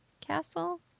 castle